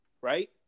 Right